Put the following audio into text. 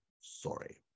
sorry